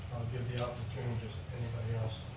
give the opportunity to anybody else